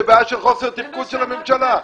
זה בעיה של חוסר תפקוד של הממשלה.